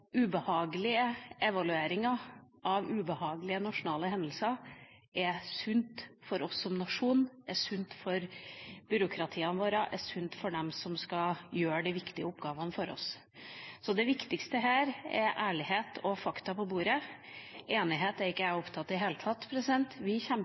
ubehagelige evalueringer av ubehagelige nasjonale hendelser er sunt for oss som nasjon, er sunt for byråkratiet vårt, er sunt for dem som skal gjøre de viktige oppgavene for oss. Det viktigste her er ærlighet og fakta på bordet. Enighet er ikke